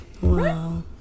Wow